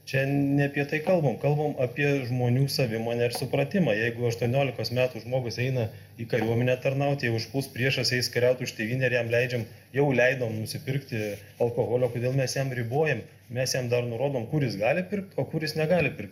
čia ne apie tai kalbam kalbam apie žmonių savimonę ir supratimą jeigu aštuoniolikos metų žmogus eina į kariuomenę tarnaut jei užpuls priešas eis kariaut už tėvynės ir jam leidžiam jau leidom nusipirkti alkoholio kodėl mes jam ribojam mes jam dar nurodom kuris gali ir pirkt kuris jis negali pirkt